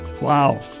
Wow